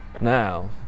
now